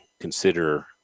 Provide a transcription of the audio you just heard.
consider